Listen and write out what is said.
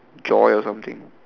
joy or something